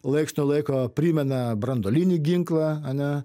laiks nuo laiko primena branduolinį ginklą ane